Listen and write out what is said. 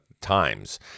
times